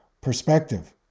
perspective